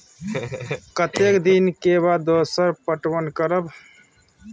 कतेक दिन के बाद दोसर पटवन करब?